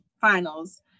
finals